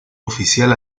oficial